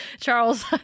Charles